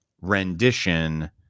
rendition